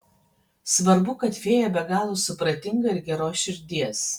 svarbu kad fėja be galo supratinga ir geros širdies